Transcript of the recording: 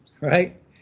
right